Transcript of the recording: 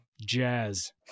jazz